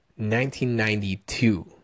1992